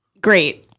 Great